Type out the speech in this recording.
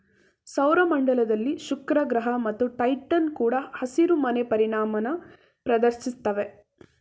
ಸೌರ ಮಂಡಲದಲ್ಲಿ ಶುಕ್ರಗ್ರಹ ಮತ್ತು ಟೈಟಾನ್ ಕೂಡ ಹಸಿರುಮನೆ ಪರಿಣಾಮನ ಪ್ರದರ್ಶಿಸ್ತವೆ